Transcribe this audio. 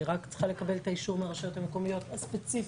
אני רק צריכה לקבל את האישור מהרשויות המקומיות הספציפיות.